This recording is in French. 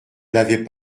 l’avaient